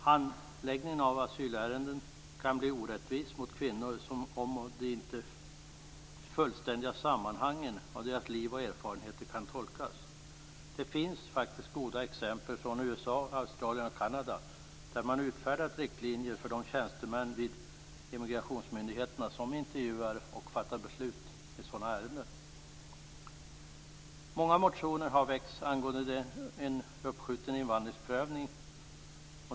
Handläggningen av asylärenden kan bli orättvis mot kvinnor om inte det fullständiga sammanhanget av deras liv och erfarenheter kan tolkas. Det finns goda exempel från USA, Australien och Kanada där man utfärdat riktlinjer för de tjänstemän vi immigrationsmyndigheterna som intervjuar och fattar beslut i sådana ärenden. Många motioner har väckts angående uppskjuten invandringsprövning.